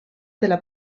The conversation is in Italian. della